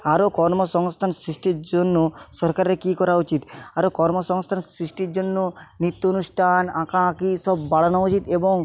আরও কর্মসংস্থান সৃষ্টির জন্য সরকারের কি করা উচিত আরও কর্মসংস্থান সৃষ্টির জন্য নিত্য অনুষ্ঠান আঁকাআঁকি সব বাড়ানো উচিত এবং